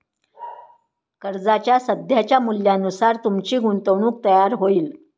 कर्जाच्या सध्याच्या मूल्यानुसार तुमची गुंतवणूक तयार होईल